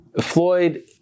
floyd